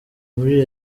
muri